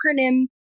acronym